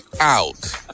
out